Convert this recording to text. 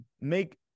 make